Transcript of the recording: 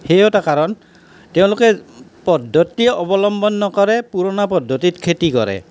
সেইও এটা কাৰণ তেওঁলোকে পদ্ধতি অৱলম্বন নকৰে পুৰণা পদ্ধতিত খেতি কৰে